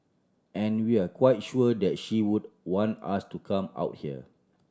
and we're quite sure that she would want us to come out here